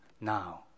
now